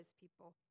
people